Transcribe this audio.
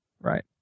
right